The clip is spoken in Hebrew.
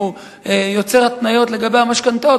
שהוא יוצר התניות לגבי המשכנתאות,